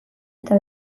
eta